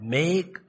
make